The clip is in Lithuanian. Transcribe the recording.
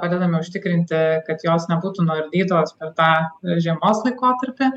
padedame užtikrinti kad jos nebūtų nuardytos per tą žiemos laikotarpį